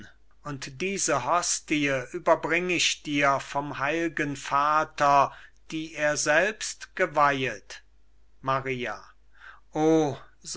und diese hostie überbring ich dir vom heil'gen vater die er selbst geweihet maria o